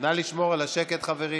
נא לשמור על השקט, חברים.